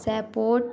sapote